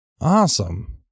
awesome